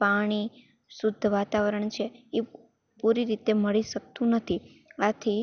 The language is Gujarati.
પાણી શુદ્ધ વાતાવરણ છે એ પુરી રીતે મળી શકતું નથી આથી